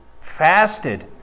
fasted